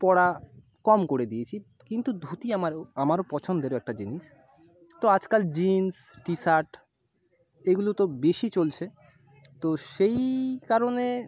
পরা কম করে দিয়েছি কিন্তু ধুতি আমার আমারও আমারও পছন্দেরও একটা জিনিস তো আজাকাল জিন্স টিশার্ট এগুলো তো বেশি চলছে তো সেই কারণে